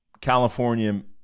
California